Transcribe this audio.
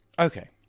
Okay